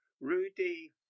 Rudy